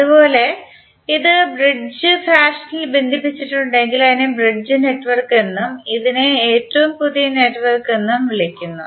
അതുപോലെ ഇത് ബ്രിഡ്ജ് ഫാഷനിൽ ബന്ധിപ്പിച്ചിട്ടുണ്ടെങ്കിൽ അതിനെ ബ്രിഡ്ജ് നെറ്റ്വർക്ക് എന്നും ഇതിനെ ഏറ്റവും പുതിയ നെറ്റ്വർക്ക് എന്നും വിളിക്കുന്നു